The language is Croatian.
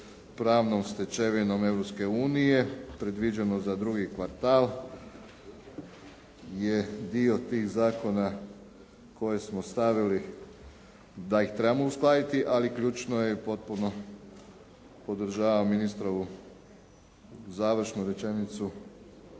pravnom stečevinom Europske unije predviđeno za drugi kvartal je dio tih zakona koje smo stavili da ih trebamo uskladiti. Ali ključno je i potpuno podržavam ministrovu završnu rečenicu